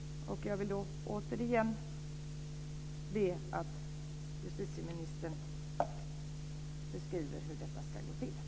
Jag vill återigen be att justitieministern beskriver hur detta ska gå till.